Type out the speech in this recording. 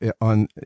on